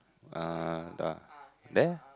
ah the there